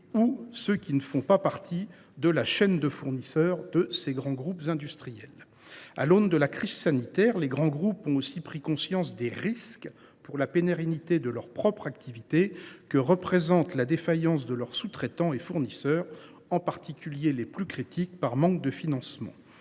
de ceux qui ne font pas partie de la chaîne de fournisseurs de ces grands groupes industriels. À la suite de la crise sanitaire, les grands groupes ont aussi pris conscience des risques pour la pérennité de leurs propres activités que représente la défaillance de leurs sous traitants et fournisseurs, en particulier les plus critiques, faute de financement.